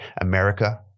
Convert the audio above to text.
America